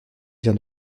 vient